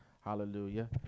hallelujah